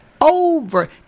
over